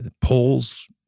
polls